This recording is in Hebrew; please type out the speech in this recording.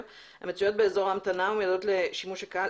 המצויות באזור ההמתנה ומיועדות לשימוש הקהל,